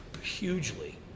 hugely